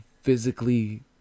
physically